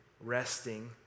resting